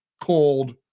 cold